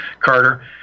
Carter